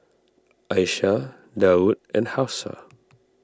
Aisyah Daud and Hafsa